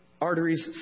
arteries